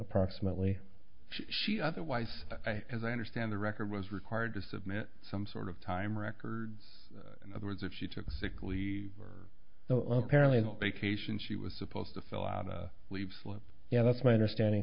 approximately she otherwise i as i understand the record was required to submit some sort of time record in other words if she took sick leave or the apparently vacation she was supposed to fill out a leave slip yeah that's my understanding